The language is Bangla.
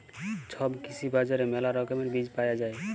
ছব কৃষি বাজারে মেলা রকমের বীজ পায়া যাই